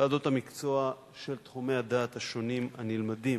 ועדות המקצוע של תחומי הדעת השונים הנלמדים